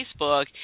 Facebook